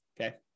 Okay